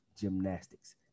gymnastics